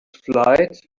flight